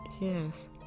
Yes